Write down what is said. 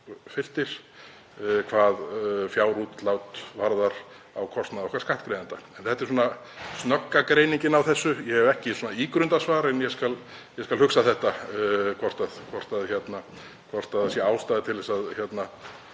uppfylltir hvað fjárútlát varðar á kostnað okkar skattgreiðenda. En þetta er svona snögga greiningin á þessu. Ég hef ekki ígrundað svar en ég skal hugsa þetta, hvort það sé ástæða til að